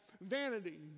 vanity